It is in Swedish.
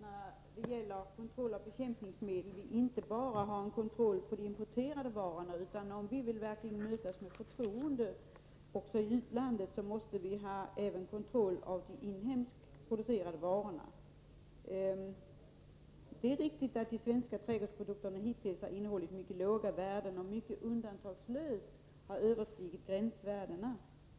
när det gäller bekämpningsmedelsrester är det viktigt att vi inte bara kontrollerar importerade varor. Om vi vill mötas med förtroende i utlandet måste vi ha kontroll även av de inhemskt producerade varorna. Det är riktigt att de svenska trädgårdsprodukterna hittills innehållit mycket låga halter, som endast undantagsvis överskridit gränsvärdena.